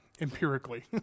empirically